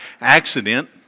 accident